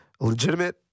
legitimate